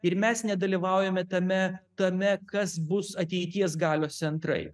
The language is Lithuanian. ir mes nedalyvaujame tame tame kas bus ateities galios centrai